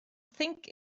think